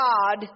God